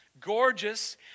gorgeous